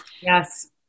Yes